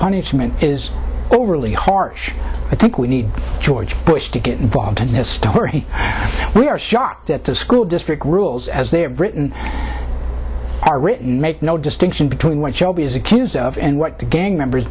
punishment is overly harsh i think we need george bush to get involved in this story we are shocked at the school district rules as they're britain are written make no distinction between what job is accused of and what gang member